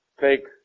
take